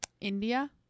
India